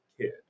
kid